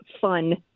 fun